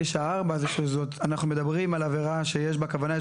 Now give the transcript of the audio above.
בסעיף 494 אנחנו מדברים על עבירה שיש בה כוונה,